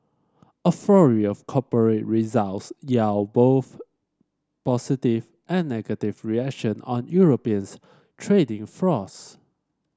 a flurry of corporate results yield both positive and negative reaction on European's trading floors